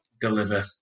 deliver